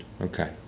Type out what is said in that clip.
Okay